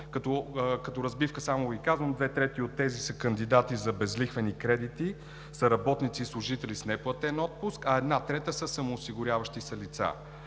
Като разбивка само Ви казвам: две трети от тези кандидати за безлихвени кредити са работници и служители в неплатен отпуск, а една трета са самоосигуряващи се лица.